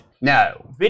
No